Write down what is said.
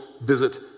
visit